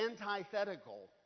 antithetical